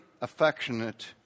affectionate